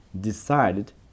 decided